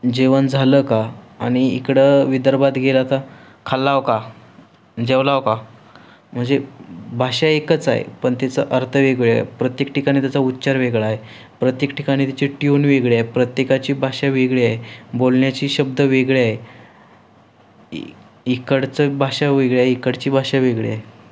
जेवण झालं का आणि इकडं विदर्भात गेला ता खाल्लाव का जेवलाव का म्हणजे भाषा एकच आहे पण तिचं अर्थ वेगळे प्रत्येक ठिकाणी त्याचा उच्चार वेगळा आहे प्रत्येक ठिकाणी त्याची ट्यून वेगळी आहे प्रत्येकाची भाषा वेगळी आहे बोलण्याची शब्द वेगळे आहे इ इकडचं भाषा वेगळी आहे इकडची भाषा वेगळी आहे